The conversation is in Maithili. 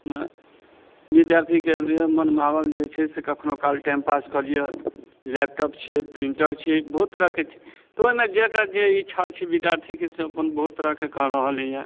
ओहिमे बिद्यार्थीके लिए मन भावन जे छै से कखनो काल टाइम पास कऽ लिअ लैपटॉप छै प्रिन्टर छै बहुत तरहके छै तऽ ओहिमे जेकर जे इच्छा छै बिद्यार्थीके से अपन बहुत तरहके कऽ रहलैयए